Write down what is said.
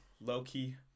low-key